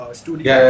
studio